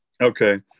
Okay